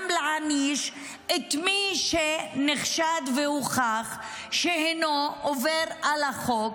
גם להעניש את מי שנחשד והוכח שהינו עובר על החוק,